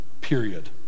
period